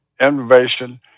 innovation